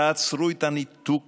תעצרו את הניתוק